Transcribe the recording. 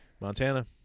Montana